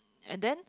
and then